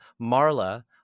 Marla